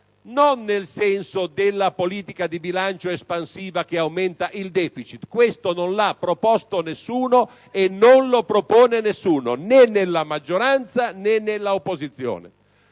non nel senso della politica di bilancio espansiva che aumenta solo il deficit: questo non l'ha proposto nessuno e non lo propone nessuno, né nella maggioranza né nell'opposizione.